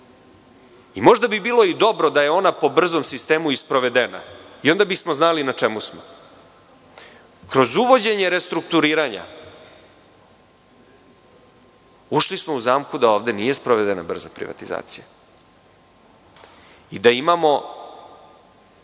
Možda bi bilo i dobro da je ona po brzom sistemu i sprovedena i onda bismo znali na čemu smo. Kroz uvođenje restrukturiranja ušli smo u zamku da ovde nije sprovedena brza privatizacija i da imamo